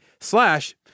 slash